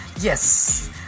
Yes